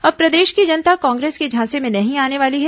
अब प्रदेश की जनता कांग्रेस के झांसे में नहीं आने वाली है